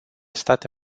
state